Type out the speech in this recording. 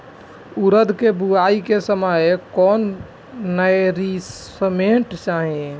उरद के बुआई के समय कौन नौरिश्मेंट चाही?